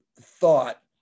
thought